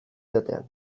edatean